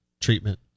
treatment